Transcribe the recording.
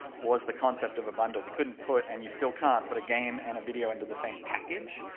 was the concept of a bundle, we couldn't put, and you still can't put a game and a video into the same package,